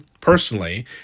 personally